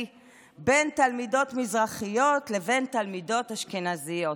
בין תלמידות מזרחיות לבין תלמידות אשכנזיות.